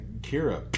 Kira